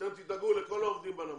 אתם תדאגו לכל העובדים בנמל,